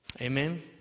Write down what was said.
Amen